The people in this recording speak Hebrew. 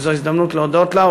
וזו הזדמנות להודות לה,